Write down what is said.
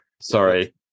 sorry